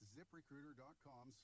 ZipRecruiter.com